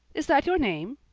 is that your name?